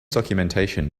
documentation